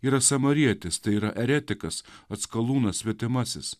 yra samarietis tai yra eretikas atskalūnas svetimasis